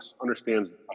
understands